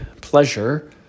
pleasure